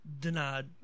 denied